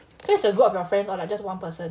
so it's a group of your friends or like just one person